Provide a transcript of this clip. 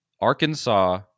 Arkansas